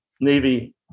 Navy